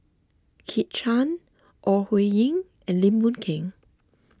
Kit Chan Ore Huiying and Lim Boon Keng